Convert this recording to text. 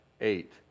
eight